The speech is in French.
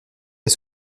est